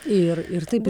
ir ir taip